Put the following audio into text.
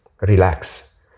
relax